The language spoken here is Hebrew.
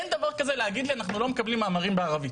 אין דבר כזה להגיד לי 'אנחנו לא מקבלים מאמרים בערבית',